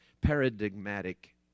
paradigmatic